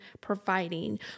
providing